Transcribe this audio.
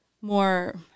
more